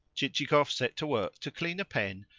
chichikov set to work to clean a pen,